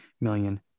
million